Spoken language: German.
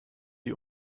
die